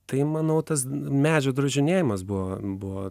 tai manau tas medžio drožinėjimas buvo buvo